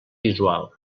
visual